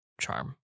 charm